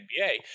NBA